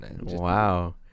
Wow